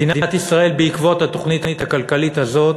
מדינת ישראל, בעקבות התוכנית הכלכלית הזאת,